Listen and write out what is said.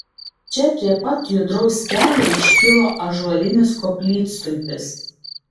čia prie pat judraus kelio iškilo ąžuolinis koplytstulpis